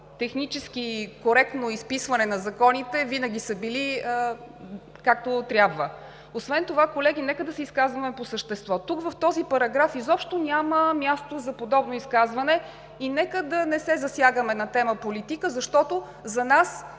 технически коректно изписване на законите винаги са били както трябва. Освен това, колеги, нека да се изказваме по същество. Тук, в този параграф, изобщо няма място за подобно изказване и нека да не се засягаме на тема политика, защото за нас